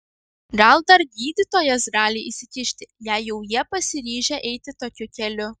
gal dar gydytojas gali įsikišti jei jau jie pasiryžę eiti tokiu keliu